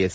S